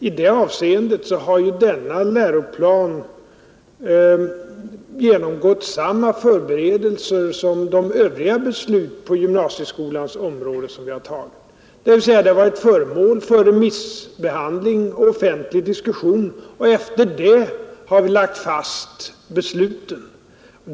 I det avseendet har ju denna läroplan genomgått samma förberedelser som de övriga beslut på gymnasieskolans område som vi har tagit, dvs. ärendet har varit föremål för remissbehandling och offentlig diskussion, och efter det har vi lagt fast besluten.